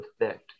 effect